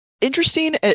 interesting